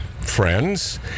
friends